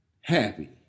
happy